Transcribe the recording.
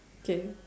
K